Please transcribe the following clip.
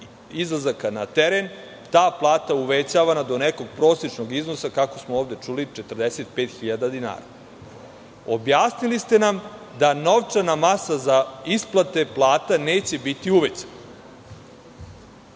izlazaka na teren, ta plata uvećavana do nekog prosečnog iznosa, kako smo ovde čuli, 45.000 dinara. Objasnili ste nam da novčana masa za isplate plata neće biti uvećana.